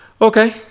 Okay